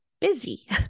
busy